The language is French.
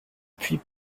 puis